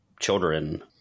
children